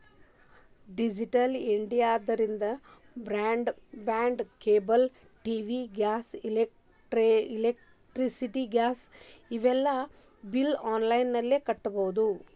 digital ಇಂಡಿಯಾದಿಂದ broadband cable TV gas electricity gas ಇವೆಲ್ಲಾ ಬಿಲ್ನ ಆನ್ಲೈನ್ ನಲ್ಲಿ ಕಟ್ಟಬೊದು